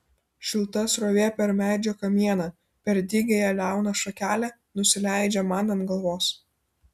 šilta srovė per medžio kamieną per dygiąją liauną šakelę nusileidžia man ant galvos